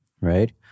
right